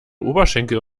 oberschenkel